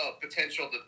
potential